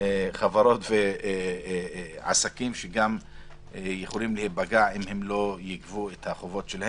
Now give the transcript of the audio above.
חברות ועסקים שיכולים להיפגע אם לא יגבו את החובות.